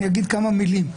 אני אגיד כמה מילים.